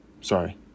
sorry